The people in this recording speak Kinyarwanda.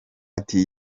ati